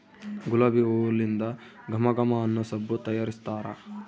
ಗುಲಾಬಿ ಹೂಲಿಂದ ಘಮ ಘಮ ಅನ್ನೊ ಸಬ್ಬು ತಯಾರಿಸ್ತಾರ